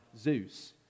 Zeus